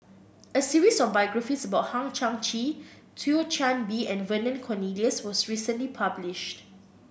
a series of biographies about Hang Chang Chieh Thio Chan Bee and Vernon Cornelius was recently published